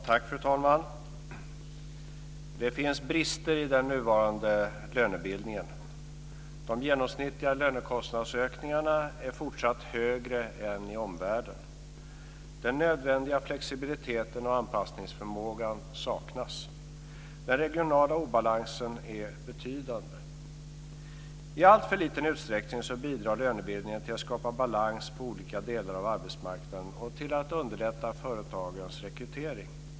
Fru talman! Det finns brister i den nuvarande lönebildningen. De genomsnittliga lönekostnadsökningarna är fortsatt högre än i omvärlden. Den nödvändiga flexibiliteten och anpassningsförmågan saknas. Den regionala obalansen är betydande. I alltför liten utsträckning bidrar lönebildningen till att skapa balans på olika delar av arbetsmarknaden och till att underlätta företagens rekrytering.